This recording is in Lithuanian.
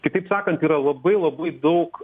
kitaip sakant yra labai labai daug